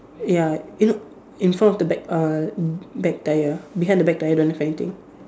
ya eh no in front of the back uh back tyre behind the back tyre don't have anything